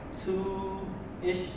two-ish